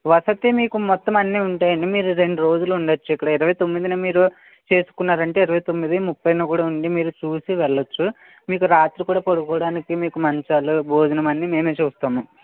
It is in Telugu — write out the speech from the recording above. వసతి మీకు మొత్తం అన్ని ఉంటాయి అండి మీరు రెండు రోజులు ఉండొచ్చు ఇక్కడ ఇరవై తొమ్మిదిన మీరు చేసుకున్నారు అంటే ఇరవై తొమ్మిది ముప్పైన కుడా ఉంది మీరు చూసి వెళ్ళచ్చు మీకు రాత్రి కూడా పడుకోవడానికి మీకు మంచాలు భోజనము అన్ని మేమే చూస్తాము